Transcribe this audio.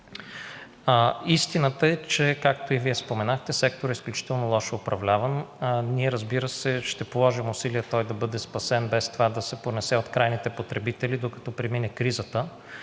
Истината е, както и Вие споменахте, че секторът е изключително лошо управляван. Ние, разбира се, ще положим усилия той да бъде спасен, без това да се понесе от крайните потребители, докато премине кризата,